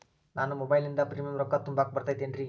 ನಾನು ಮೊಬೈಲಿನಿಂದ್ ಪ್ರೇಮಿಯಂ ರೊಕ್ಕಾ ತುಂಬಾಕ್ ಬರತೈತೇನ್ರೇ?